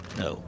no